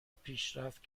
پیشرفت